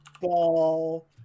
Ball